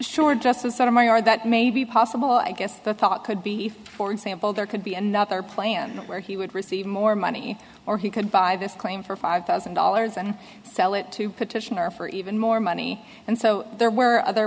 sure just some sort of money or that may be possible i guess the thought could be for example there could be another plan where he would receive more money or he could buy this claim for five thousand dollars and sell it to petitioner for even more money and so there were other